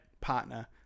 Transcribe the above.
partner